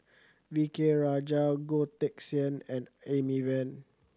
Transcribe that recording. V K Rajah Goh Teck Sian and Amy Van